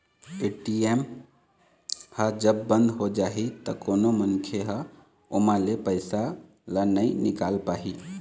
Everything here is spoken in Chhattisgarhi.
ए.टी.एम ह जब बंद हो जाही त कोनो मनखे ह ओमा ले पइसा ल नइ निकाल पाही